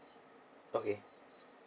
okay